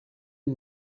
une